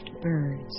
birds